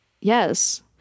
yes